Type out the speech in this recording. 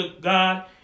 God